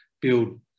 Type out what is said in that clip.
build